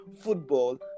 football